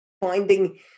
finding